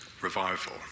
revival